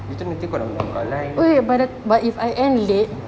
newton nanti kau kena tukar lane macam ni ah